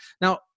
now